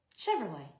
Chevrolet